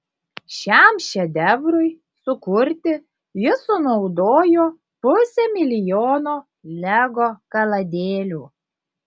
šiam šedevrui sukurti jis sunaudojo pusę milijono lego kaladėlių